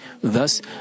Thus